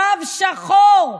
תו שחור,